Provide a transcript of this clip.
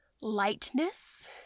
lightness